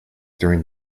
during